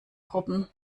gruppen